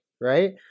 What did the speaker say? right